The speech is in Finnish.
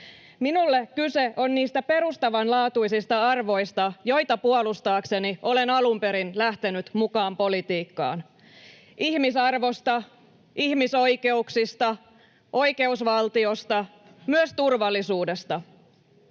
Minulle kyse on niistä perustavanlaatuisista arvoista, joita puolustaakseni olen alun perin lähtenyt mukaan politiikkaan: ihmisarvosta, ihmisoikeuksista, oikeusvaltiosta, myös turvallisuudesta